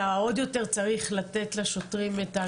אתה עוד יותר צריך לתת לשוטרים את הגיבוי.